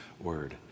word